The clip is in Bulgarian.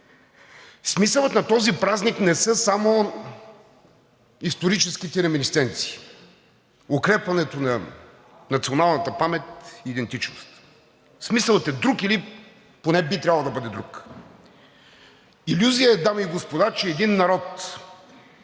Смисълът на този празник не са само историческите реминисценции, укрепването на националната памет и идентичност. Смисълът е друг или поне би трябвало да бъде друг. Илюзия е, дами и господа, че един народ,